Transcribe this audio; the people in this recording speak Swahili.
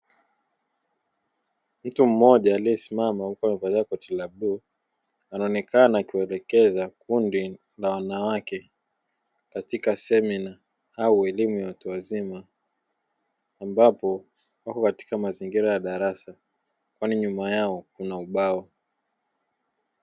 Mtu mmoja aliyesimama huku amevalia koti la bluu, anaonekana akiwaelekeza kundi la wanawake katika semina au elimu ya watu wazima, ambapo wako katika mazingira ya darasa kwani nyuma yao kuna ubao.